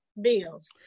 bills